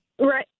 Right